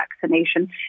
vaccination